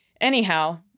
anyhow